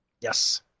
yes